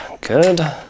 good